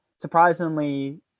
Surprisingly